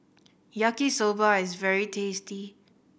Yaki Soba is very tasty